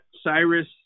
Cyrus